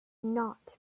not